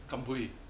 gam pui